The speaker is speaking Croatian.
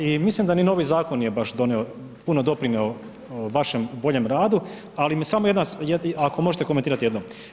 I mislim da ni novi zakon nije baš puno doprinio vašem boljem radu ali me samo jedna, ako možete komentirati jedno.